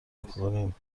کنیم